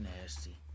nasty